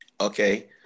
Okay